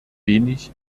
wenig